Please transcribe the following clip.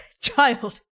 Child